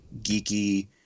geeky